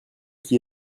qui